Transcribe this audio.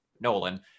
Nolan